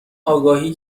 آگاهی